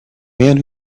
man